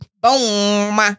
Boom